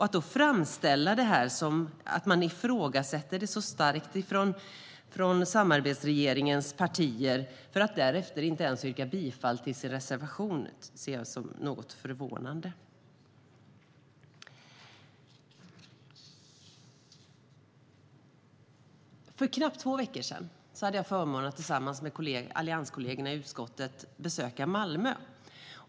Att då framställa det som att man ifrågasätter det så starkt från samarbetsregeringens partier, för att därefter inte ens yrka bifall till sin reservation, ser jag som något förvånande. För knappt två veckor sedan hade jag förmånen att tillsammans med allianskollegorna i utskottet besöka Malmö.